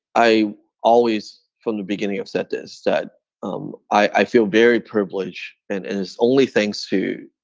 i always, from the beginning of sentence said um i feel very privileged and and it's only thanks to,